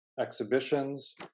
exhibitions